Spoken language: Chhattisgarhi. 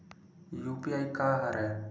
यू.पी.आई का हरय?